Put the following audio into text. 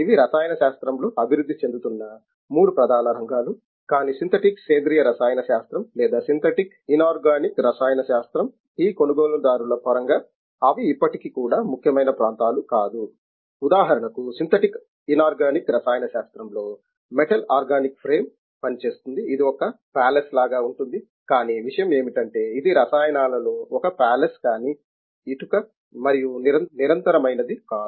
ఇవి రసాయన శాస్త్రంలో అభివృద్ధి చెందుతున్న మూడు ప్రధాన రంగాలు కానీ సింథటిక్ సేంద్రీయ రసాయన శాస్త్రం లేదా సింథటిక్ ఇనార్గానిక్ రసాయన శాస్త్రం ఈ కొనుగోలుదారుల పరంగా అవి ఇప్పటికీ కూడా ముఖ్యమైన ప్రాంతాలు కాదు ఉదాహరణకు సింథటిక్ ఇనార్గానిక్ రసాయన శాస్త్రంలో మెటల్ ఆర్గానిక్ ఫ్రేమ్ పనిచేస్తుంది ఇది ఒక ప్యాలెస్ లాగా ఉంటుంది కానీ విషయం ఏమిటంటే ఇది రసాయనాల లో ఒక ప్యాలెస్ కానీ ఇటుక మరియు నిరంతరమైనది కాదు